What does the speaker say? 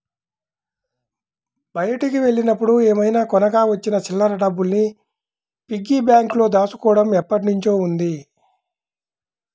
బయటికి వెళ్ళినప్పుడు ఏమైనా కొనగా వచ్చిన చిల్లర డబ్బుల్ని పిగ్గీ బ్యాంకులో దాచుకోడం ఎప్పట్నుంచో ఉంది